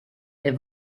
est